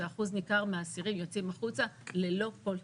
ואחוז ניכר מהאסירים יוצאים החוצה ללא כל תוכנית.